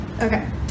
Okay